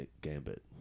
gambit